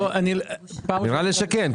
נראה לי שכן,